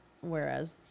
whereas